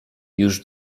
już